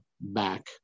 back